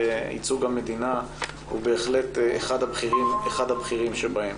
המדינה התפקיד הזה הוא בהחלט אחד הבכירים שבהם.